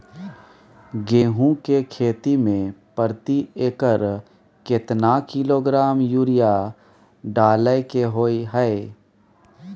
गेहूं के खेती में प्रति एकर केतना किलोग्राम यूरिया डालय के होय हय?